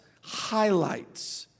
highlights